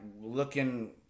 looking